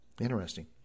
Interesting